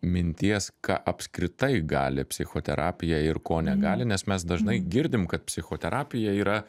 minties ką apskritai gali psichoterapija ir ko negali nes mes dažnai girdim kad psichoterapija yra